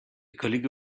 colleague